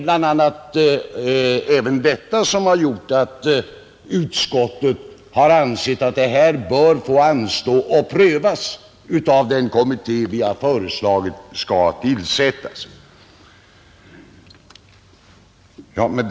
Bl.a. dessa förhållanden har medverkat till att utskottet ansett att frågan bör få anstå och prövas av den kommitté som vi har föreslagit skall tillsättas. Herr talman!